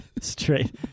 straight